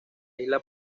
isla